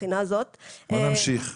בואו נמשיך.